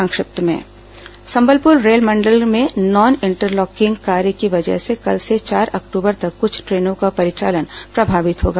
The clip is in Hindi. संक्षिप्त समाचार संबलपुर रेलमंडल में नॉन इंटरलॉकिंग कार्य की वजह से कल से चार अक्टूबर तक कुछ ट्रेनों का परिचालन प्रभावित होगा